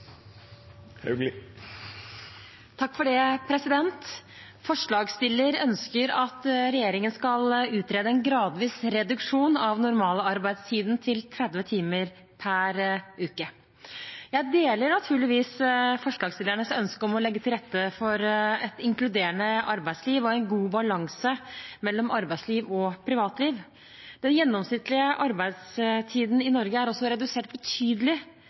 til 30 timer per uke. Jeg deler naturligvis forslagsstillerens ønske om å legge til rette for et inkluderende arbeidsliv og en god balanse mellom arbeidsliv og privatliv. Den gjennomsnittlige arbeidstiden i Norge er redusert betydelig